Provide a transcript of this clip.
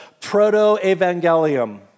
proto-evangelium